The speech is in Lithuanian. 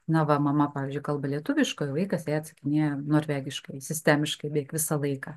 na va mama pavyzdžiui kalba lietuviškai vaikas atsakinėja norvegiškai sistemiškai beveik visą laiką